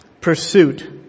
pursuit